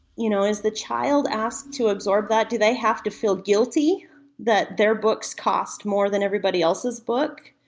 you know is the child asked to absorb that? do they have to feel guilty that their books cost more than everybody else's book?